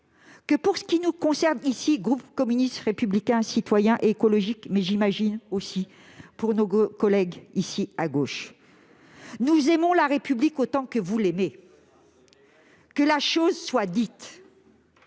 qu'en ce qui concerne notre groupe communiste républicain citoyen et écologiste, mais j'imagine aussi pour nos collègues de gauche, nous aimons la République autant que vous ! Que la chose soit dite !